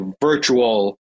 virtual